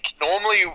Normally